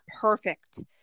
perfect